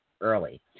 early